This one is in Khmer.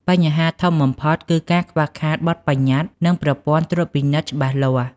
បញ្ហាធំបំផុតគឺការខ្វះខាតបទប្បញ្ញត្តិនិងប្រព័ន្ធត្រួតពិនិត្យច្បាស់លាស់។